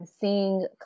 seeing